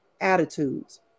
attitudes